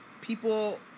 people